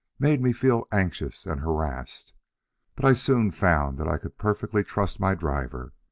made me feel anxious and harassed but i soon found that i could perfectly trust my driver,